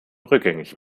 rückgängig